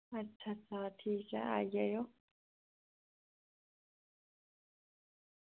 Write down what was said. अच्छा अच्छा ठीक ऐ आई जाएओ